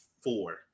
four